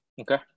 Okay